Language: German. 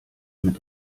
mit